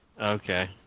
Okay